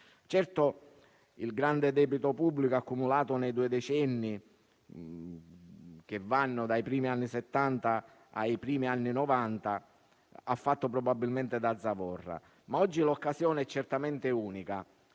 Certo, il grande debito pubblico accumulato nei due decenni che vanno dai primi anni Settanta ai primi anni Novanta ha fatto probabilmente da zavorra, ma l'occasione è certamente unica